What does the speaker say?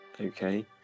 Okay